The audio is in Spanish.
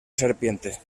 serpiente